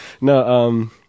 No